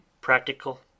practical